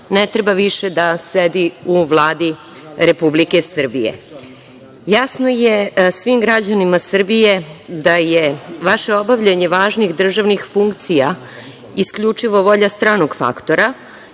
ne treba više da sedi u Vladi Republike Srbije. Jasno je svim građanima Srbije da je vaše obavljanje važnih državnih funkcija isključivo volja stranog faktora